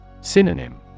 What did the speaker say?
Synonym